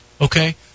okay